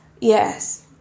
Yes